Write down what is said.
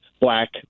Black